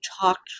talked